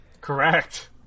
correct